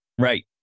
right